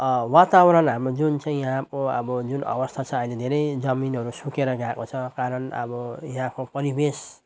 वातावरण हाम्रो जुन चाहिँ यहाँको अब जुन अवस्था छ अहिले धेरै जमिनहरू सुकेर गएको छ कारण अब यहाँको परिवेश